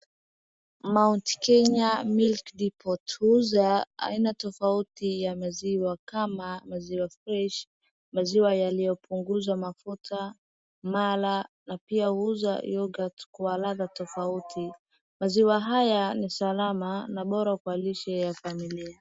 Mount Kenya Milk Depot huuza aina tofauti ya maziwa kama maziwa fresh ,maziwa yaliyopunguzwa mafuta, mala na pia huuza yoghurt kwa ladha tofauti, maziwa haya ni salama na bora kwa lishe ya familia.